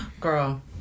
Girl